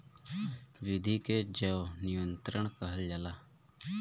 विधि के जैव नियंत्रण कहल जाला